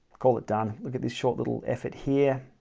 call it done. look at this short little effort here